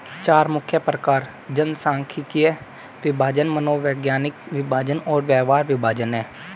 चार मुख्य प्रकार जनसांख्यिकीय विभाजन, मनोवैज्ञानिक विभाजन और व्यवहार विभाजन हैं